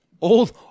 old